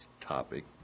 topic